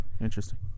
Interesting